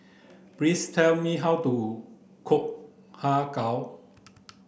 please tell me how to cook har kow